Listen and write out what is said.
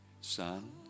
son